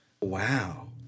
Wow